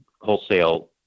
wholesale